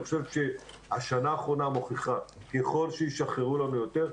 אני חושב שהשנה האחרונה מוכיחה שככל שישחררו לנו יותר,